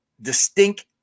distinct